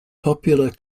popular